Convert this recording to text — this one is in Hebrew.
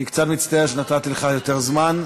אני קצת מצטער שנתתי לך יותר זמן,